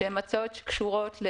שקשורות,